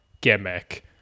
gimmick